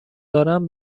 دارم